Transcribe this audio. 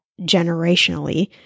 generationally